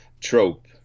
trope